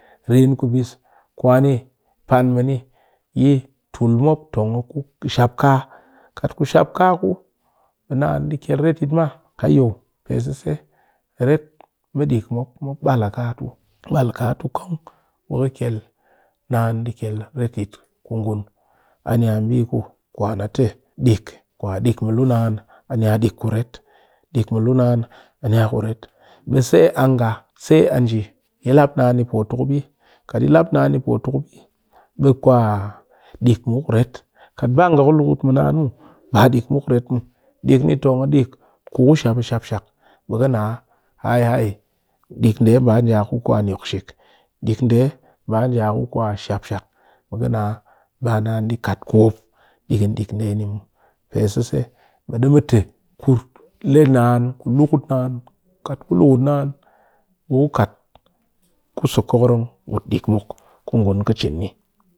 Rin kubis kwa ni pan mɨ ni yi tul mop tong a ku shap kaa, kat ku shap kaa ku ɓe naan dɨ kyel retyit maa hayo pe sese mu dick mop ret mɨ mop bal a kaa tuu ɓe naan di kyel retyit ku ngun ani ya mbi kwan a te dick kwa dick mɨ lu naan a niya kuret dick mɨ luu naan niya kuret be se a nga se a nje a nga kɨ lap naan ni potukup yi, kat yi lap naan potukup ka ɓe dick mɨk di ret yi kat ba nga ku luukut mɨ naan muw ba dick muk di ret muw dick ni di tong a ku ku shapshap be na ba naan di kat kwop dighin dick muw shapshap bana di kat ko. Pe sise ku le naan ku luukut naan kat ku luukut naan ɓe ku kat ku so kokorong buut dick mu ku ngun kɨ cin ni.